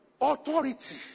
authority